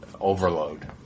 overload